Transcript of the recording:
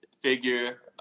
figure